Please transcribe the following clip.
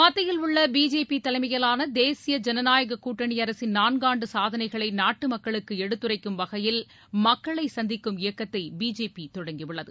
மத்தியில் உள்ள பிஜேபி தலைமையிலான தேசிய ஜனநாயகக் கூட்டணி அரசின் நான்காண்டு சாதனைகளை நாட்டு மக்களுக்கு எடுத்துரைக்கும் வகையில் மக்களை சந்திக்கும் இயக்கத்தை பிஜேபி தொடங்கியுள்ளது